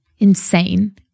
insane